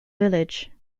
village